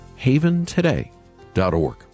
haventoday.org